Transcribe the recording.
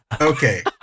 Okay